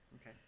Okay